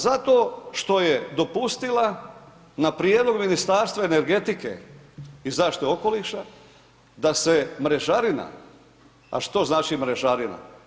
Zato što je dopustila na prijedlog Ministarstva energetike i zaštite okoliša, da se mrežarina, a što znači mrežarina?